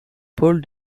paul